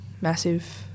massive